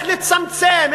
איך לצמצם,